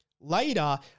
Later